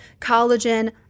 collagen